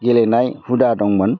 गेलेनाय हुदा दंमोन